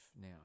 now